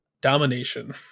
domination